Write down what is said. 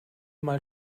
mal